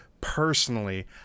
Personally